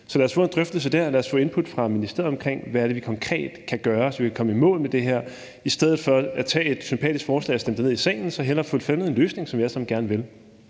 Så lad os få en drøftelse dér. Lad os få input fra ministeriet omkring, hvad det er, vi konkret kan gøre, så vi kan komme i mål med det her. I stedet for at tage et sympatisk forslag og stemme det ned i salen, så lad os hellere få fundet en løsning, som vi alle sammen gerne vil.